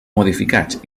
modificats